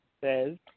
says